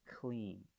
clean